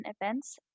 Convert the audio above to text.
events